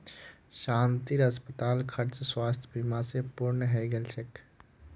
शांतिर अस्पताल खर्च स्वास्थ बीमा स पूर्ण हइ गेल छ